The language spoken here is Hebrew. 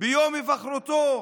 ביום היבחרו,